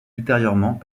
ultérieurement